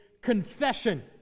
confession